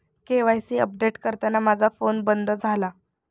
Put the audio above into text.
KYC update करताना माझा phone बंद झाला